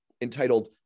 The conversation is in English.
entitled